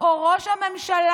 או ראש הממשלה,